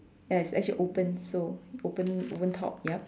ya it's actually open so open open top yup